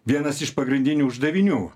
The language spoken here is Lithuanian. vienas iš pagrindinių uždavinių